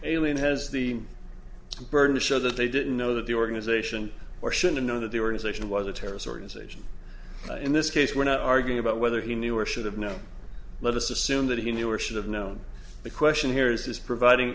alien has the burden to show that they didn't know that the organization or should know that the organization was a terrorist organization in this case we're not arguing about whether he knew or should have now let us assume that he knew or should have known the question here is his providing